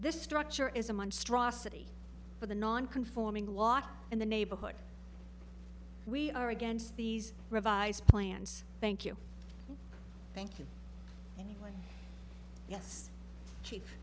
this structure is a monstrosity for the non conforming lot and the neighborhood we are against these revised plans thank you thank you and yes chief